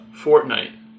Fortnite